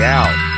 out